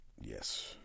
Yes